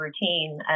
routine